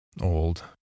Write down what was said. old